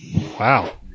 Wow